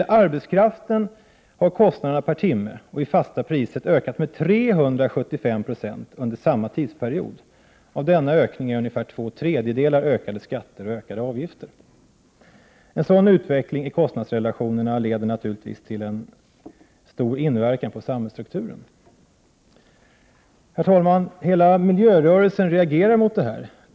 För arbetskraften har kostnaderna per timme och i fasta priser ökat med 375 26 under samma tidsperiod. Av denna ökning är ungefär två tredjedelar ökade skatter och ökade avgifter. En sådan utveckling i kostnadsrelationerna leder naturligtvis till en stor inverkan på samhällsstrukturen. Herr talman! Hela miljörörelsen reagerar mot det här.